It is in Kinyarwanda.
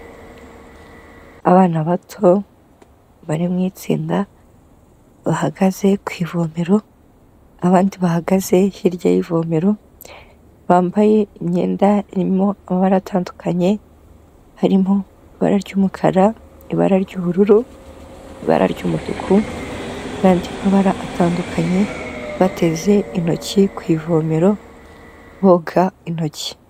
Abana bato bari mu itsinda, bahagaze ku ivomero, abandi bahagaze hirya y'ivomero, bambaye imyenda irimo amabara atandukanye harimo ibara ry'umukara, ibara ry'ubururu, ibara ry'umutuku n'andi mabara atandukanye, bateze intoki ku ivomero boga intoki.